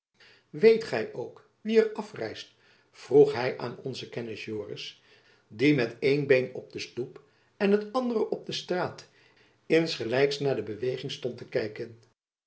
weet gy ook wie er afreist vroeg hy aan onze kennis joris die met een been op den stoep en het andere op de straat insgelijks naar de beweging stond te kijken